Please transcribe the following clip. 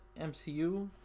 mcu